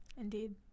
Indeed